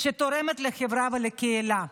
שתורמת לחברה ולקהילה.